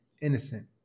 innocent